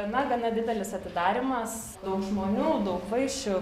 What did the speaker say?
gana gana didelis atidarymas daug žmonių daug vaišių